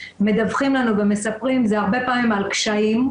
מדווחים לנו ומספרים זה הרבה פעמים על קשיים.